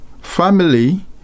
family